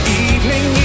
evening